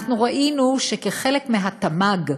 אנחנו ראינו שכחלק מהתמ"ג,